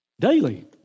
daily